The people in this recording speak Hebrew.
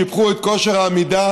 שיבחו את כושר העמידה